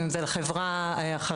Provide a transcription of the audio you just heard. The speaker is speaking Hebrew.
אם זה בחברה הערבית,